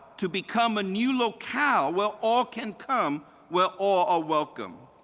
to become a new locale where all can come, where all are welcome?